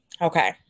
Okay